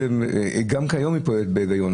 גם כיום היא פועלת בהיגיון.